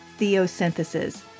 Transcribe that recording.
theosynthesis